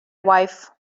wife